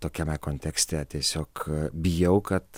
tokiame kontekste tiesiog bijau kad